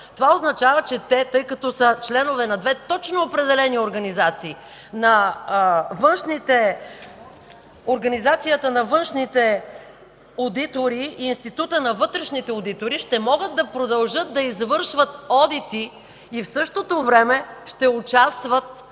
Това означава, че те, тъй като са членове на две точно определени организации – Организацията на външните одитори и Институтът на вътрешните одитори, ще могат да продължат да извършват одити и в същото време ще участват